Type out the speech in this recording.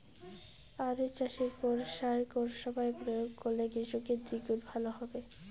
আলু চাষে কোন সার কোন সময়ে প্রয়োগ করলে কৃষকের দ্বিগুণ লাভ হবে?